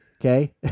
Okay